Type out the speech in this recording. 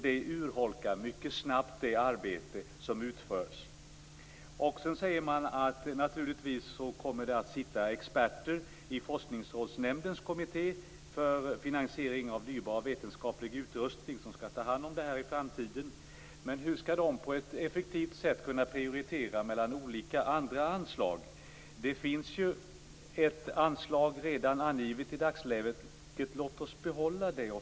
Det urholkar mycket snabbt det arbete som utförs. Utbildningsministern säger också att det naturligtvis kommer att sitta experter i Forskningsrådsnämndens kommitté för finansiering av dyrbar vetenskaplig utrustning, som skall ta hand om det här i framtiden. Men hur skall de på ett effektivt sätt kunna välja mellan olika andra anslag? Det finns redan i dagsläget ett anslag. Låt oss då behålla det.